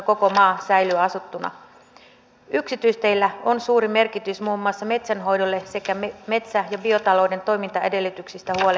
tämä ei ole eduskunnan arvovallan tai kansanvallan näkökulmasta hyväksyttävää asioiden valmistelua ja käsittelyä